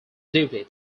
duty